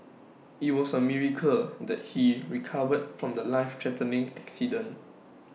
IT was A miracle that he recovered from The Life threatening accident